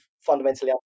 fundamentally